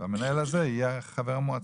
והמנהל הזה יהיה חבר המועצה.